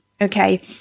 okay